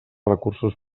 recursos